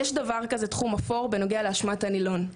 יש דבר כזה "תחום אפור" בנוגע לאשמת הנילון,